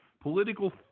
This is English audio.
political